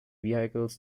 vehicles